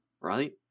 right